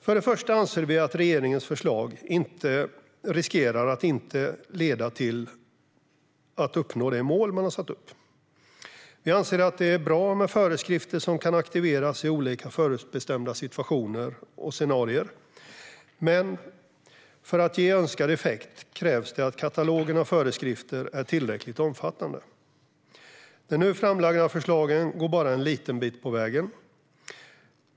För det första anser vi att det finns risk att regeringens förslag inte leder till det mål man satt upp. Vi anser att det är bra med föreskrifter som kan aktiveras i olika förutbestämda situationer och scenarier, men för att ge önskad effekt krävs det att katalogen av föreskrifter är tillräckligt omfattande. De nu framlagda förslagen går bara en liten bit på vägen.